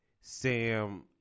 Sam